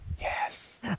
Yes